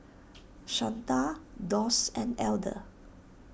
Shanta Doss and Elder